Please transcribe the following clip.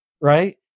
right